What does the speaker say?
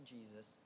Jesus